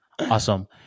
Awesome